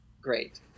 Great